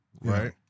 right